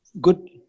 good